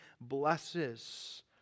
blesses